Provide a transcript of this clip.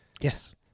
Yes